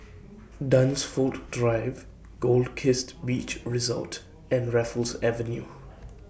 Dunsfold Drive Goldkist Beach Resort and Raffles Avenue